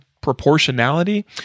proportionality